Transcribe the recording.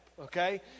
okay